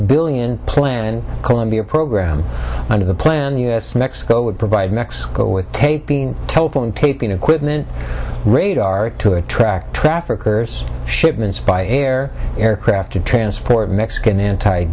billion plan colombia program under the plan u s mexico would provide mexico with taping telephone taping equipment radar to attract traffickers shipments by air aircraft to transport mexican anti